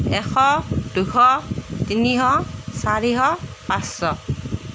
এশ দুশ তিনিশ চাৰিশ পাঁচশ